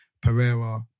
Pereira